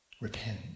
Repent